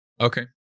Okay